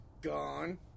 gone